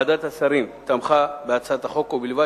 ועדת השרים תמכה בהצעת החוק ובלבד